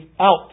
out